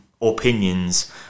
opinions